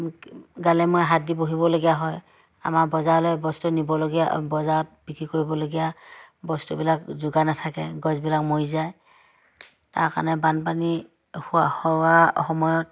গালে মূৰে হাত দি বহিবলগীয়া হয় আমাৰ বজাৰলৈ বস্তু নিবলগীয়া বজাৰত বিক্ৰী কৰিবলগীয়া বস্তুবিলাক যোগাৰ নাথাকে গছবিলাক মৰি যায় তাৰ কাৰণে বানপানী হোৱাৰ সময়ত